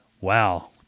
Wow